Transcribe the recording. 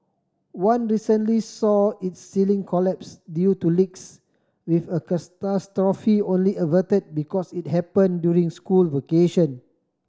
one recently saw its ceiling collapse due to leaks with a catastrophe only averted because it happen during school vacation